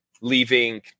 leaving